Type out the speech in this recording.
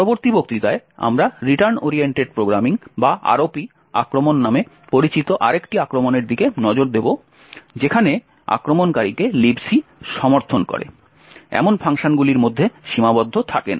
পরবর্তী বক্তৃতায় আমরা রিটার্ন ওরিয়েন্টেড প্রোগ্রামিং বা ROP আক্রমণ নামে পরিচিত আরেকটি আক্রমণের দিকে নজর দেব যেখানে আক্রমণকারীকে Libc সমর্থন করে এমন ফাংশনগুলির মধ্যে সীমাবদ্ধ থাকে না